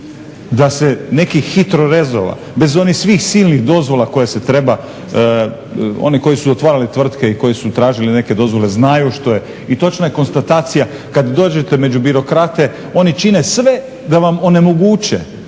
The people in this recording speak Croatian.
da se neki hitrorezova, bez onih svih silnih dozvola koje se treba, oni koji su otvarali tvrtke i koji su tražili neke dozvole znaju što je. I točna je konstatacija, kad dođete među birokrate oni čine sve da vam onemoguće